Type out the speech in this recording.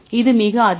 இது மிக அதிகம்